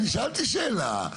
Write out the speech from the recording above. אני שאלתי שאלה.